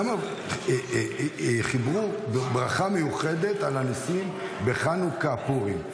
למה חיברו ברכה מיוחדת על הניסים בחנוכה ופורים,